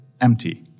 empty